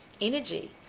energy